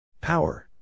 Power